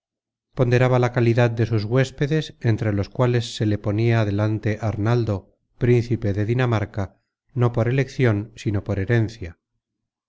ponderaba la calidad de sus huéspedes entre los cuales se le ponia delante arnaldo príncipe de dinamarca no por eleccion sino por herencia